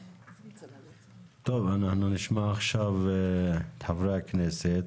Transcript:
אנחנו נשמע עכשיו את חברי הכנסת.